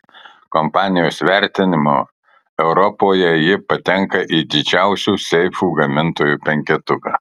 kompanijos vertinimu europoje ji patenka į didžiausių seifų gamintojų penketuką